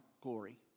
glory